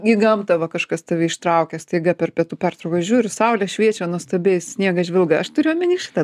į gamta va kažkas tave ištraukia staiga per pietų pertrauką žiūri saulė šviečia nuostabiai sniegas žvilga aš turiu omeny šitą